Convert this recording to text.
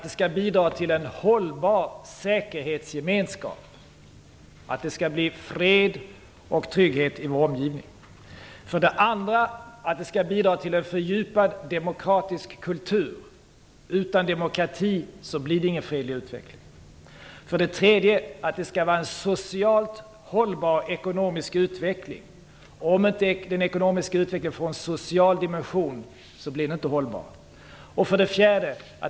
Det skall bidra till en hållbar säkerhetsgemenskap. Det skall bli fred och trygghet i vår omgivning. 2. Det skall bidra till en fördjupad demokratisk kultur. Utan demokrati blir det ingen fredlig utveckling. 3. Det skall vara en socialt hållbar ekonomisk utveckling. Om inte den ekonomiska utvecklingen får en social dimension blir den inte hållbar. 4.